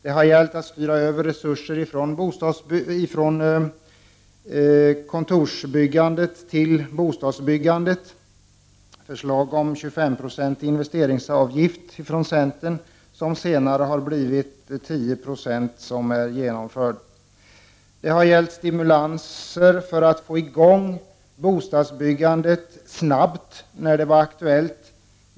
Vi har också begärt att resurser skall styras bort från kontorsbyggandet och bostadsbyggandet. Centern har föreslagit en 25-procentig investeringsavgift. Så småningom har en 10-procentig sådan genomförts. Vi har krävt stimulanser för att snabbt få i gång bostadsbyggandet när detta varit aktuellt.